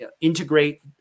integrate